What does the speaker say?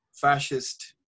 fascist